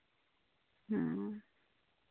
ᱦᱮᱸ